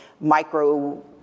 micro